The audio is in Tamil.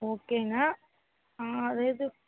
ஓகேங்க அதே இது